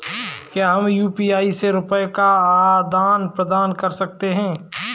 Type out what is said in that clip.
क्या हम यू.पी.आई से रुपये का आदान प्रदान कर सकते हैं?